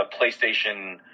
PlayStation